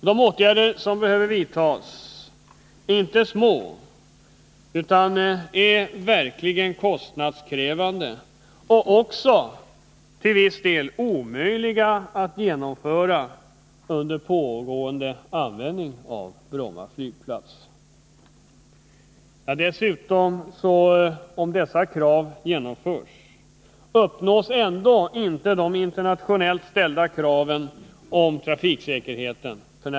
De åtgärder som behöver vidtas är inte små utan är verkligen kostnadskrävande och också till viss del omöjliga att genomföra under pågående användning av Bromma flygplats. Dessutom: även om dessa krav tillgodoses, kommer banorna ändå inte att motsvara nuvarande internationellt ställda anspråk på flygsäkerhet.